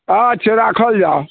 अच्छा राखल जाउ